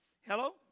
Hello